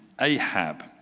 Ahab